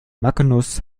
magnus